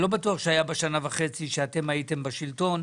אני לא בטוח שהיה בשנה וחצי שאתם הייתם בשלטון.